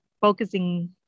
focusing